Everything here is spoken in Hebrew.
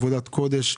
עבודת קודש.